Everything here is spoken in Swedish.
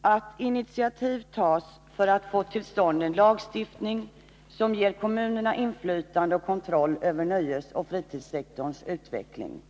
”att initiativ tas för att få till stånd en lagstiftning, som ger kommunerna inflytande och kontroll över nöjesoch fritidssektorns utveckling”.